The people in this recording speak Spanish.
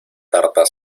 tarta